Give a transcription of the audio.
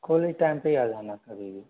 कोई भी टाइम पे ही आ जाना कभी भी